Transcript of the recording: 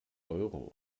euro